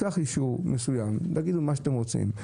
קח אישור מסוים, תגידו מה אתם רוצים.